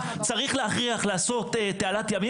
צריך להכריח לעשות תעלת ימים,